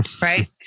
right